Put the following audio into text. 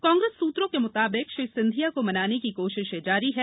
कांग्रेस सूत्रों के मुताबिक श्री सिंधिया को मनाने की कोशिशें जारी हैं